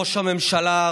ראש הממשלה,